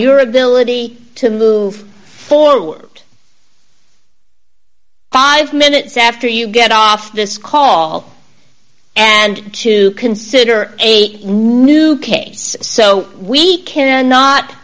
your ability to move forward five minutes after you get off this call and to consider a new case so we can not